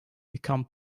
become